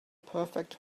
perfect